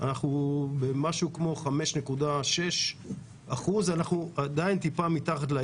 אנחנו במשהו כמו 5.6%. אנחנו עדיין טיפה מתחת ליעד.